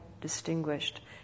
distinguished